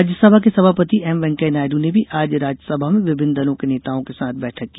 राज्यसभा के सभापति एम वेंकैया नायडू ने भी आज राज्यसभा में विभिन्न दलों के नेताओं के साथ बैठक की